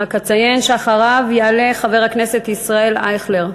רק אציין שאחריו יעלה חבר הכנסת ישראל אייכלר.